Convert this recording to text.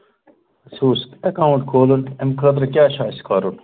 اَسہِ اوس ایکاوُنٛٹ کھولن اَمہِ خٲطرٕ کیاہ چھُ اَسہِ کَرُن